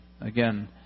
Again